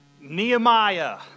Nehemiah